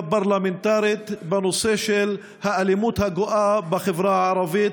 פרלמנטרית בנושא האלימות הגואה בחברה הערבית.